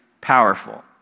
powerful